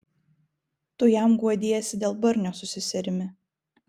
tu jam guodiesi dėl barnio su seserimi